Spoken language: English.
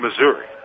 Missouri